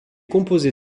composée